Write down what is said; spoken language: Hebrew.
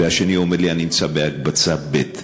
והשני אומר לי: אני נמצא בהקבצה ב'.